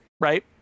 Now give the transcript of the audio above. right